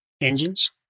engines